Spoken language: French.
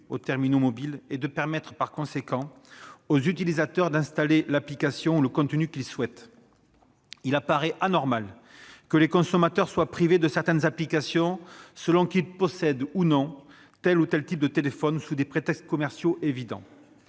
les terminaux mobiles et de permettre par conséquent aux utilisateurs d'installer l'application ou le contenu qu'ils souhaitent. Il paraît anormal que les consommateurs soient privés de certaines applications selon qu'ils possèdent ou non tel ou tel type de téléphones, sous des prétextes commerciaux évidents.